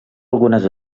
algunes